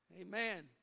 Amen